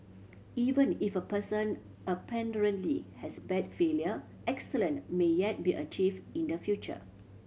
even if a person apparently has bad failure excellent may yet be achieve in the future